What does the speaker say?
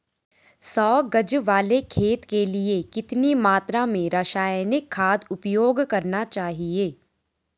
सौ गज वाले खेत के लिए कितनी मात्रा में रासायनिक खाद उपयोग करना चाहिए?